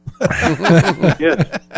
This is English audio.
Yes